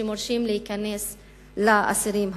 שמרשים להכניס לאסירים הביטחוניים.